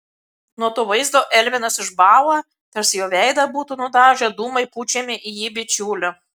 nuo to vaizdo elvinas išbąla tarsi jo veidą būtų nudažę dūmai pučiami į jį bičiulio